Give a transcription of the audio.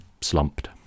slumped